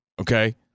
Okay